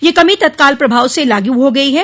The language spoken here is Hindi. यह कमी तत्काल प्रभाव से लागू हो गयी है